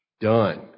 done